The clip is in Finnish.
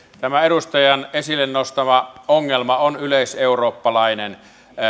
tämä edustajan esille nostama ongelma on yleiseurooppalainen